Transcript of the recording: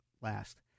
last